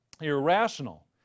Irrational